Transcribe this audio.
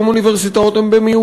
אך היום האוניברסיטאות הן במיעוט: